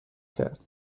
کرد